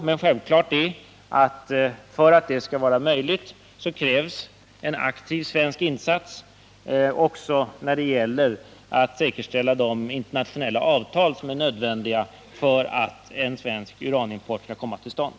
Men för att denna försörjning skall bli möjlig krävs självfallet en aktiv svensk insats även när det gäller att säkerställa de internationella avtal som är nödvändiga för att en svensk uranimport skall kunna komma till stånd.